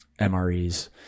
MREs